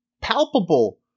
palpable